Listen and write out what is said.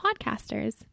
podcasters